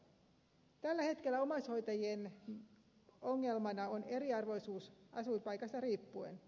tällä hetkellä omaishoitajien ongelmana on eriarvoisuus asuinpaikasta riippuen